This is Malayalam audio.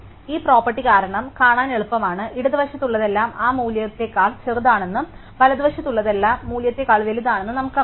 ഈ പ്രോപ്പർട്ടി കാരണം കാണാൻ എളുപ്പമാണ് ഇടതുവശത്തുള്ളതെല്ലാം ആ മൂല്യത്തേക്കാൾ ചെറുതാണെന്നും വലതുവശത്തുള്ളതെല്ലാം മൂല്യത്തേക്കാൾ വലുതാണെന്നും നമുക്കറിയാം